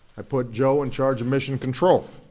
i put joe in charge of mission control